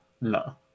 No